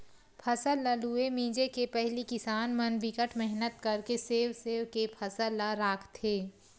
फसल ल लूए मिजे के पहिली किसान मन बिकट मेहनत करके सेव सेव के फसल ल राखथे